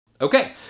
Okay